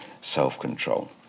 self-control